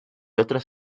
otras